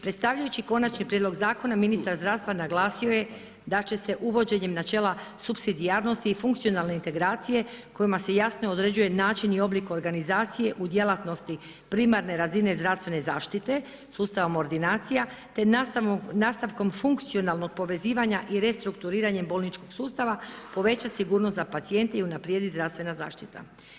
Predstavljajući konačni prijedlog zakona ministar zdravstva naglasio je da će se uvođenjem načela supsidijarnosti i funkcionalne integracije kojima se jasno određuje način i oblik organizacije u djelatnosti primarne razine zdravstvene zaštite sustavom ordinacija te nastavkom funkcionalnog povezivanja i restrukturiranjem bolničkog sustava, povećati sigurnost za pacijente i unaprijediti zdravstvena zaštita.